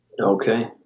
Okay